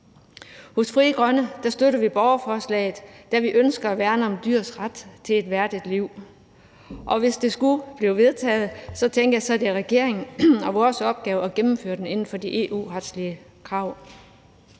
I Frie Grønne støtter vi borgerforslaget, da vi ønsker at værne om dyrs ret til et værdigt liv, og hvis det skulle blive vedtaget, tænker jeg, at det så er regeringens og vores opgave at gennemføre det inden for de EU-retslige krav.